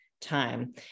time